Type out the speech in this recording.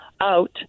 out